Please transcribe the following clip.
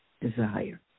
desire